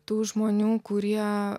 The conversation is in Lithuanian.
tų žmonių kurie